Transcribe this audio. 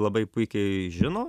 labai puikiai žino